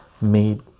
made